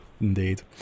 Indeed